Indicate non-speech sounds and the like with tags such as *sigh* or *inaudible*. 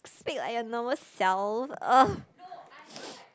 speak like your normal self !ugh! *noise*